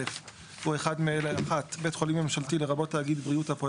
או אחד מאלה - (1) בית חולים ממשלתי לרבות תאגיד בריאות בפועל